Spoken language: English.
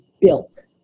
built